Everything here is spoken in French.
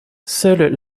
seules